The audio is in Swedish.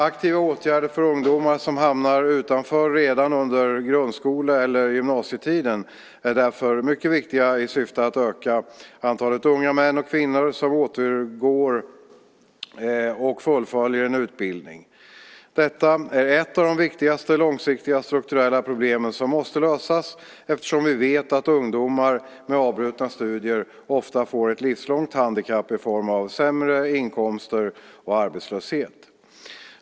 Aktiva åtgärder för ungdomar som hamnar utanför redan under grundskole eller gymnasietiden är därför mycket viktiga i syfte att öka antalet unga män och kvinnor som återgår och fullföljer en utbildning. Detta är ett av de viktigaste långsiktiga strukturella problemen som måste lösas eftersom vi vet att ungdomar med avbrutna studier ofta får ett livslångt handikapp i form av sämre inkomster och arbetslöshet.